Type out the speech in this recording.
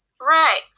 Right